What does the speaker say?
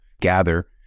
gather